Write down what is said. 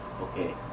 Okay